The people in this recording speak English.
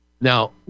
Now